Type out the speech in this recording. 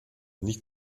nicht